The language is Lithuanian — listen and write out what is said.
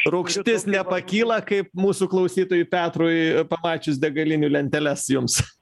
rūgštis nepakyla kaip mūsų klausytojui petrui pamačius degalinių lenteles jums